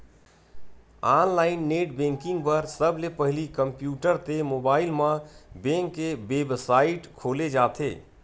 online net banking बर सबले पहिली कम्प्यूटर ते मोबाईल म बेंक के बेबसाइट खोले जाथे